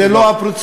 זו לא הפרוצדורה,